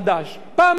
יחימוביץ,